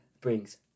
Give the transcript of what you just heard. brings